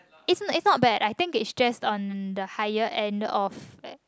is is not bad I think is it just on the higher end of